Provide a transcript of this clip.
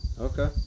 Okay